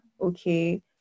Okay